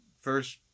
first